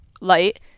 light